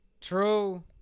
True